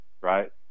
right